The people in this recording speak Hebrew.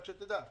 רק תדע.